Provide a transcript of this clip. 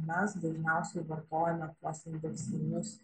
mes dažniausiai vartojame tuos indeksinius